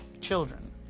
children